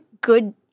good